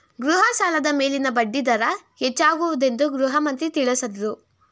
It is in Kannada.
ಗೃಹ ಸಾಲದ ಮೇಲಿನ ಬಡ್ಡಿ ದರ ಹೆಚ್ಚಾಗುವುದೆಂದು ಗೃಹಮಂತ್ರಿ ತಿಳಸದ್ರು